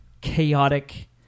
chaotic